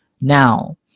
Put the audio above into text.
now